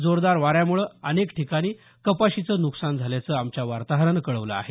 जोरदार वाऱ्यामुळे अनेक ठिकाणी कपाशीचं न्कसान झाल्याचं आमच्या वार्ताहरानं कळवलं आहे